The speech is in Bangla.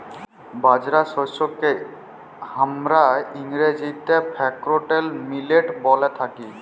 বাজরা শস্যকে হামরা ইংরেজিতে ফক্সটেল মিলেট ব্যলে থাকি